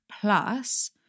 plus